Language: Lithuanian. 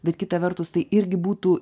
bet kita vertus tai irgi būtų